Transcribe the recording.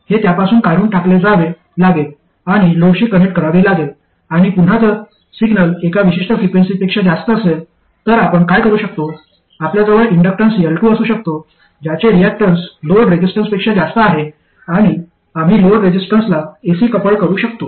हे त्यापासून काढून टाकले जावे लागेल आणि लोडशी कनेक्ट करावे लागेल आणि पुन्हा जर सिग्नल एका विशिष्ट फ्रिक्वेन्सीपेक्षा जास्त असेल तर आपण काय करू शकतो आपल्याजवळ इन्डक्टन्स L2 असू शकतो ज्याचे रियाक्टन्स लोड रेसिस्टन्सपेक्षा जास्त आहे आणि आम्ही लोड रेसिस्टन्सला एसी कपल्ड करू शकतो